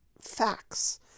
facts